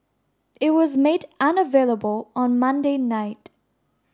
it was made unavailable on Monday night